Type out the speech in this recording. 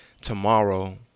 tomorrow